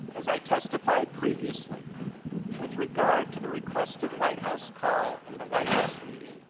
as i testified previously with regard to the requested white house call and the white house meeting,